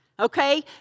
Okay